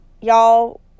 Y'all